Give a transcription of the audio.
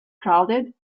crowded